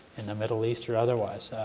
in the middle east or otherwise,